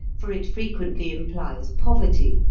for it frequently implies poverty,